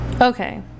Okay